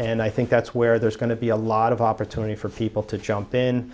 and i think that's where there's going to be a lot of opportunity for people to jump in